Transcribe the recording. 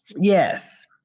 yes